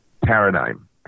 paradigm